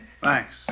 Thanks